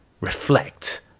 reflect